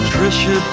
Trisha